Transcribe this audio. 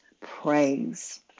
praise